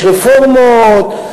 יש רפורמות,